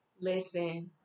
Listen